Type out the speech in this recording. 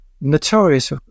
Notorious